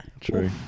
True